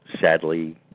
Sadly